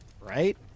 right